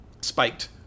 spiked